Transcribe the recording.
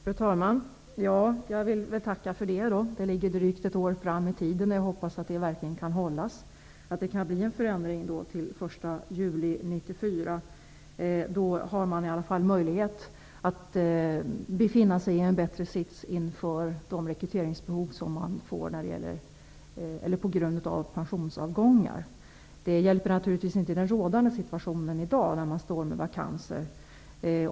Fru talman! Jag vill tacka för det. Det ligger drygt ett år fram i tiden. Jag hoppas att det verkligen kan hållas och att det kan bli en förändring till den 1 juli 1994. Då har man i alla fall möjlighet att få en bättre sits inför de rekryteringsbehov som kommer på grund av pensionsavgångar. Det hjälper naturligtvis inte i den rådande situationen där man står med vakanser.